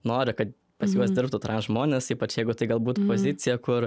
nori kad pas juos dirbtų transžmonės ypač jeigu tai galbūt pozicija kur